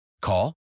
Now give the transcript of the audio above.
Call